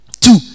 Two